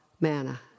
manna